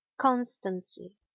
constancy